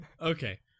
Okay